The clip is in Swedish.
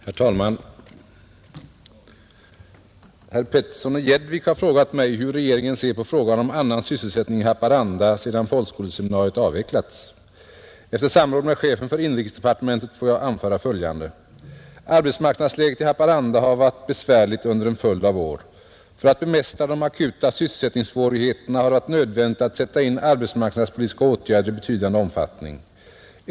Herr talman! Herr Petersson i Gäddvik har frågat mig hur regeringen ser på frågan om annan sysselsättning i Haparanda, sedan folkskoleseminariet avvecklats. Efter samråd med chefen för inrikesdepartementet får jag anföra följande. Arbetsmarknadsläget i Haparanda har varit besvärligt under en följd av år, För att bemästra de akuta sysselsättningssvårigheterna har det varit nödvändigt att sätta in arbetsmarknadspolitiska åtgärder i betydande omfattning.